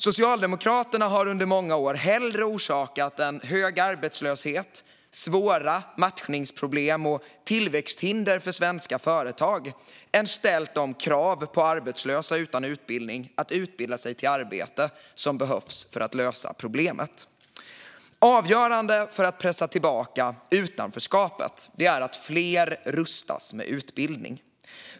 Socialdemokraterna har under många år hellre orsakat hög arbetslöshet, svåra matchningsproblem och tillväxthinder för svenska företag än ställt de krav på arbetslösa utan utbildning att utbilda sig till arbete som behövs för att lösa problemet. Avgörande för att pressa tillbaka utanförskap är att fler rustas med utbildning.